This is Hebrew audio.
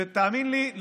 ותאמין לי,